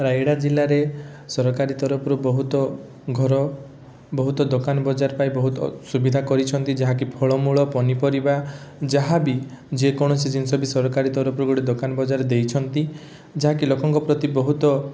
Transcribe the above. ରାୟଗଡ଼ା ଜିଲ୍ଲାରେ ସରକାରୀ ତରଫରୁ ବହୁତ ଘର ବହୁତ ଦୋକାନ ବଜାର ପାଇଁ ବହୁତ ସୁବିଧା କରିଛନ୍ତି ଯାହାକି ଫଳମୂଳ ପନିପରିବା ଯାହାବି ଯେକୌଣସି ଜିନଷ ବି ସରକାରୀ ତରଫରୁ ଗୋଟେ ଦୋକାନ ବଜାର ଦେଇଛନ୍ତି ଯାହାକି ଲୋକଙ୍କ ପ୍ରତି ବହୁତ